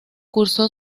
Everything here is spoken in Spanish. cursó